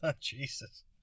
Jesus